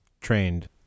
trained